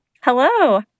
Hello